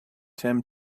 tim